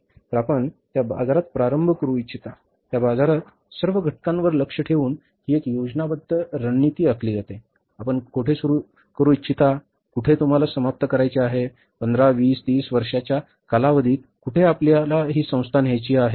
तरआपण ज्या बाजारात प्रारंभ करू इच्छिता त्या बाजारात सर्व घटकांवर लक्ष ठेवून ही एक योजनाबद्ध रणनीती आखली जाते आपण कोठे सुरू करू इच्छिताकुठे तुम्हाला समाप्त करायचे आहेपंधरा वीस तीस वर्षांच्या कालावधीत कुठे आपल्याला ही संस्था न्यायची आहे